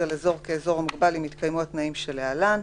על אזור כאזור מוגבל אם התקיימו התנאים שלהלן: